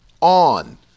on